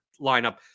lineup